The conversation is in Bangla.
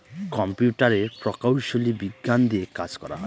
কম্পিউটারের প্রকৌশলী বিজ্ঞান দিয়ে কাজ করা হয়